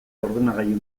ordenagailu